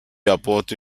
apporte